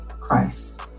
Christ